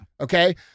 Okay